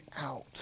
out